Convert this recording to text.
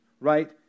right